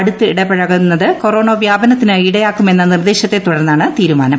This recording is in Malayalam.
അടുത്തിടപഴകുന്നത് കൊറോണ വ്യാപനത്തിന് ഇടയാക്കുമെന്ന നിർദ്ദേശത്തെ തുടർന്നാണ് തീരുമാനം